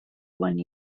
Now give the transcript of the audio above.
one